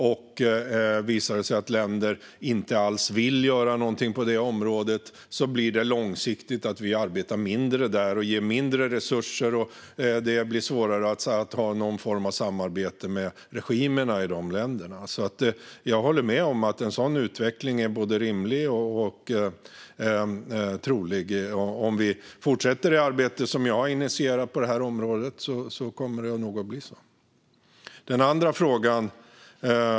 Visar det sig att länder inte alls vill göra någonting på det området blir det långsiktigt så att vi arbetar mindre där och ger dem mindre resurser. Det blir svårare att ha någon form av samarbete med regimerna i de länderna. Jag håller alltså med om att en sådan utveckling är både rimlig och trolig. Om vi fortsätter det arbete som jag har initierat på det här området kommer det nog att bli så. Vad var nu den andra frågan?